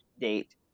date